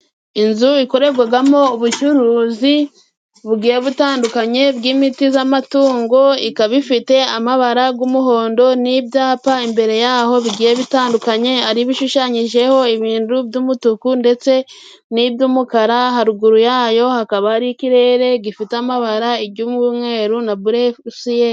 Inzu ikorerwagamo ubucuruzi bugiye butandukanye，bw'imiti z'amatungo， ikaba ifite amabara g’umuhondo n'ibyapa， imbere yaho bigiye bitandukanye， ari ibishushanyijeho ibintu by'umutuku， ndetse n'iby'umukara，haruguru yayo hakaba hari ikirere gifite amabara，ijy'umweru na buresiyeri.